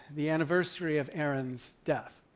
the anniversary of aaron's death,